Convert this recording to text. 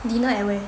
dinner at where